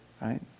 right